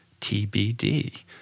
TBD